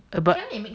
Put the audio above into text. err but